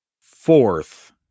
fourth